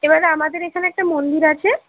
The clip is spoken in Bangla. এবারে আমাদের এখানে একটা মন্দির আছে